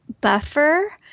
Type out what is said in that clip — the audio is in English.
buffer